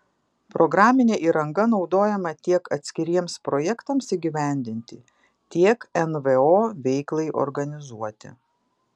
programinė įranga naudojama tiek atskiriems projektams įgyvendinti tiek nvo veiklai organizuoti